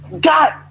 Got